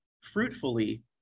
fruitfully